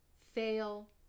fail